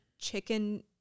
chicken